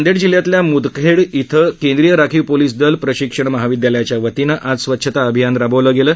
नांदेड जिल्ह्यातल्या मुदखेड इथं केंद्रीय राखीव पोलीस दल प्रशिक्षण महाविदयालयाच्या वतीनं आज स्वच्छता अभियान राबवलं गेलं